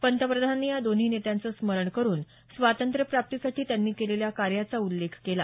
पंतप्रधानांनी या दोन्ही नेत्यांचं स्मरण करुन स्वातंत्र्य प्राप्तीसाठी त्यांनी केलेल्या कार्याचा उल्लेख केला